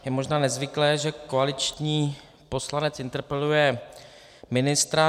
Je možná nezvyklé, že koaliční poslanec interpeluje ministra.